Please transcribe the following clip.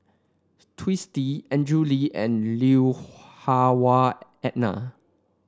Twisstii Andrew Lee and Lui Hah Wah Elena